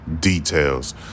Details